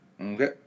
Okay